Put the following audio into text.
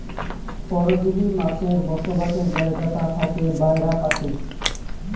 পরজীব মাছের বসবাসের জাগাটা থাকে বায়রা পাকে